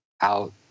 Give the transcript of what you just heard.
out